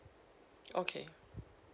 okay